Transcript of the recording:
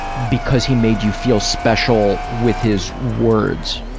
because he made you feel special with his words.